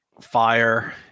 fire